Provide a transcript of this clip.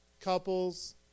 couples